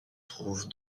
trouve